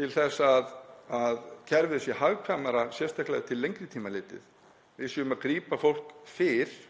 til þess að kerfið sé hagkvæmara, sérstaklega til lengri tíma litið. Við séum að grípa fólk fyrr